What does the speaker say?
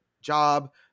job